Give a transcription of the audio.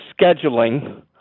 scheduling